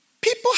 people